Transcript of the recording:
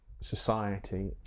society